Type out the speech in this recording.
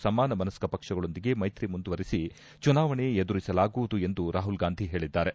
ಸಮಾನ ಮನಸ್ಕ ಪಕ್ಷಗೊಂದಿಗೆ ಮೈತ್ರಿ ಮುಂದುವರಿಸಿ ಚುನಾವಣೆ ಎದುರಿಸಲಾಗುವುದು ಎಂದು ರಾಹುಲ್ ಗಾಂಧಿ ಹೇಳಿದ್ದಾರೆ